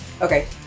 Okay